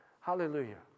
Hallelujah